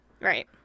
Right